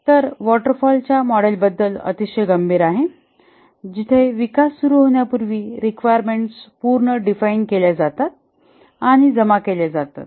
तर waterfall च्या मॉडेलबद्दल अतिशय गंभीर आहे जिथे विकास सुरू होण्यापूर्वी रिक्वायरमेंट्स पूर्ण डिफाइन केल्या जातात आणि जमा केल्या जातात